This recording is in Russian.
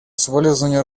соболезнования